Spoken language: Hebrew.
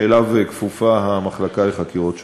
שאליו כפופה המחלקה לחקירות שוטרים.